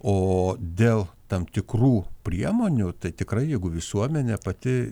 o dėl tam tikrų priemonių tai tikrai jeigu visuomenė pati